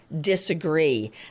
disagree